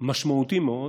משמעותי מאוד